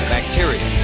Bacteria